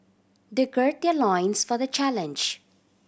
they gird their loins for the challenge